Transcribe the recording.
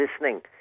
listening